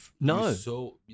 No